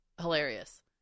Hilarious